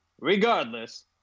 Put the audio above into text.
Regardless